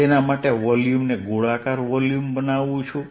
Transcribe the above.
તેના માટે વોલ્યુમને ગોળાકાર વોલ્યુમ બનાવું છું